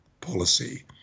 policy